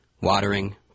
Watering